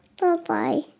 Bye-bye